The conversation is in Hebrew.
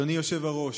אדוני היושב-ראש,